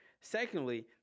Secondly